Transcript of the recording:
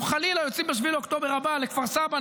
חלילה יוצאים ב-7 באוקטובר הבא לכפר סבא,